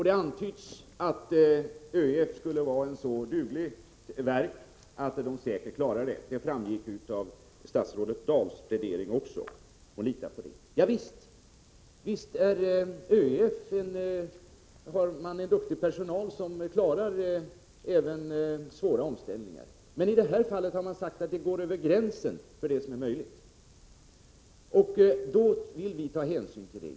Det antyds alltså att ÖEF skulle vara ett så dugligt verk att man där säkert klarar denna omställning. Detta framgick också av statsrådet Dahls plädering. Visst har ÖEF en duktig personal som klarar även svåra omställningar. Men i det här fallet har man sagt att det går över gränsen för vad som är möjligt. Då vill vi ta hänsyn till detta.